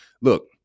Look